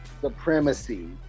supremacy